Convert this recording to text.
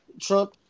Trump